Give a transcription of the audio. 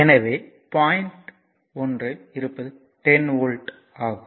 எனவே பாயிண்ட் ல் இருப்பது 10 வோல்ட் ஆகும்